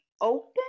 open